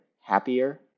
happier